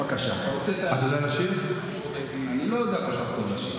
אני לא יודע כל כך טוב לשיר.